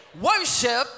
worship